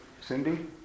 Cindy